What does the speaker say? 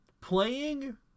playing